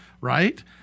right